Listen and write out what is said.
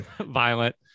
violent